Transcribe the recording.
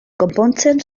konpontzen